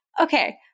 Okay